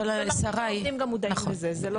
ומרבית העובדים גם מודעים לזה.